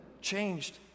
changed